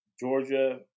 Georgia